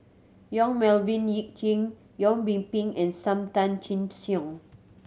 Yong Melvin Yik Chye Yong Yee Ping and Sam Tan Chin Siong